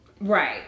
right